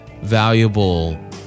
valuable